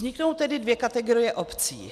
Vzniknou tedy dvě kategorie obcí.